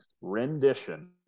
rendition